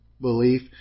belief